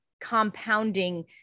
compounding